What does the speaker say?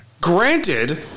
Granted